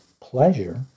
pleasure